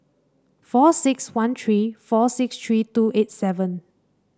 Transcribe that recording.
four six one three four six three two eight seven